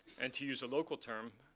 and to use a local term,